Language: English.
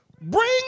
Bring